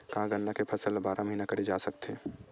का गन्ना के फसल ल बारह महीन करे जा सकथे?